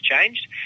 changed